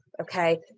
okay